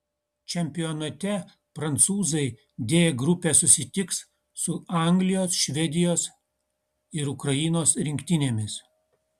čempionate prancūzai d grupėje susitiks su anglijos švedijos ir ukrainos rinktinėmis